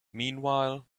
meanwhile